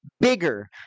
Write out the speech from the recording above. bigger